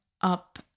up